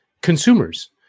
consumers